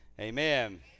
amen